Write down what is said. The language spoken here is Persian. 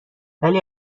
ولی